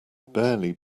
barely